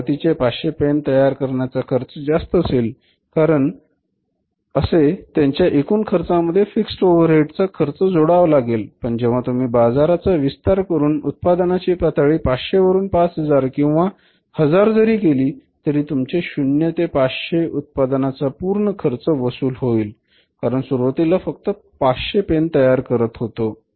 सुरवाती चे 500 पेन तयार करण्याचा खर्च जास्त असेल कारण असे त्यांच्या एकूण खर्चामध्ये फिक्सड ओव्हरहेड चा खर्च जोडावा लागेल पण जेव्हा तुम्ही बाजारचा विस्तार करून उत्पादनाची पातळी 500 वरून 5000 किंवा हजार जरी केली तरी तुमचे शून्य ते पाचशे उत्पादनाचा पूर्ण खर्च वसूल होईल कारण सुरुवातीला फक्त पाचशे तयार करत होतो